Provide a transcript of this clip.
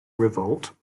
revolt